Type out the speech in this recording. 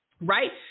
Right